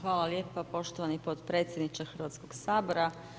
Hvala lijepa poštovani potpredsjedniče Hrvatskoga sabora.